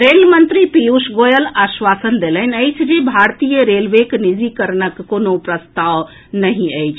rail मंत्री पीयूष गोयल आश्वासन देलनि अछि जे भारतीय रेलवेक निजीकरणक कोनो प्रस्ताव नहि अछि